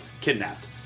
kidnapped